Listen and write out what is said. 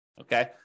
Okay